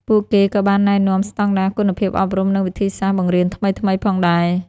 ពួកគេក៏បានណែនាំស្តង់ដារគុណភាពអប់រំ និងវិធីសាស្ត្របង្រៀនថ្មីៗផងដែរ។